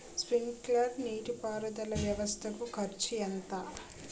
Sprinkler నీటిపారుదల వ్వవస్థ కు ఖర్చు ఎంత?